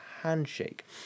handshake